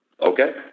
Okay